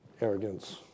arrogance